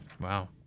Wow